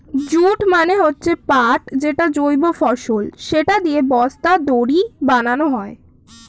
jute মানে হচ্ছে পাট যেটা জৈব ফসল, সেটা দিয়ে বস্তা, দড়ি বানানো হয়